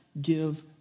give